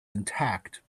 intact